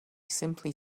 simply